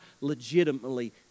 legitimately